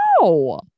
No